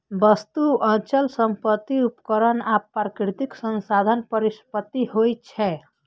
वस्तु, अचल संपत्ति, उपकरण आ प्राकृतिक संसाधन परिसंपत्ति होइ छै